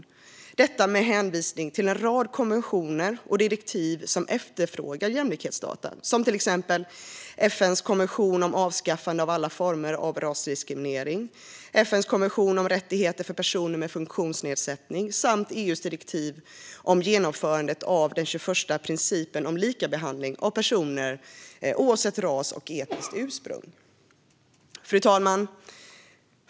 Kritiken riktas med hänvisning till en rad konventioner och direktiv där jämlikhetsdata efterfrågas, till exempel FN:s konvention om avskaffande av alla former av rasdiskriminering, FN:s konvention om rättigheter för personer med funktionsnedsättning samt EU:s direktiv om genomförandet av den 21:a principen om likabehandling av personer oavsett ras och etniskt ursprung Fru talman!